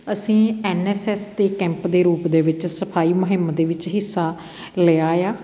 ਅਸੀਂ N S S ਦੇ camp ਦੇ ਰੂਪ ਦੇ ਵਿੱਚ ਸਫਾਈ ਮੁਹਿੰਮ ਦੇ ਵਿੱਚ ਹਿੱਸਾ ਲਿਆ ਆ